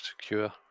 secure